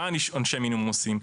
מה עונשי מינימום עושים?